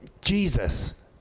Jesus